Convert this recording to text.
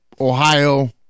Ohio